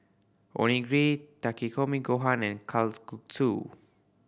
Onigiri Takikomi Gohan and Kalguksu